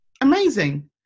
amazing